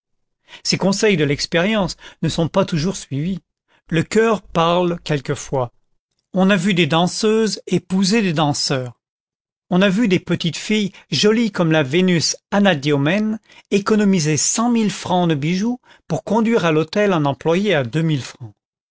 ces conseils de l'expérience ne sont pas toujours suivis le cœur parle quelquefois on a vu des danseuses épouser des danseurs on a vu des petites filles jolies comme la vénus anadyomène économiser cent mille francs de bijoux pour conduire à l'autel un employé à deux mille francs